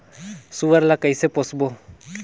सुअर ला कइसे पोसबो?